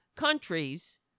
Countries